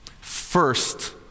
first